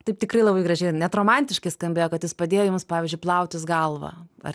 taip tikrai labai gražiai ar net romantiškai skambėjo kad jis padėjo jums pavyzdžiui plautis galvą ar